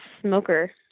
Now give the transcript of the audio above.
smoker